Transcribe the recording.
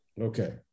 Okay